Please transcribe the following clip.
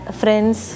friends